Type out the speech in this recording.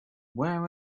where